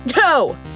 No